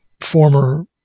former